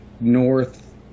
North